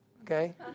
Okay